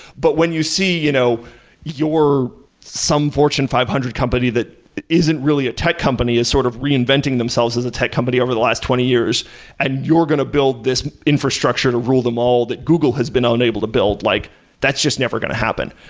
but when you see you know your some fortune five hundred company that isn't really a tech company is sort of reinventing themselves as a tech company over the last twenty years and you're going to build this infrastructure to rule them all that google has been unable to build, like that's just never going to happen.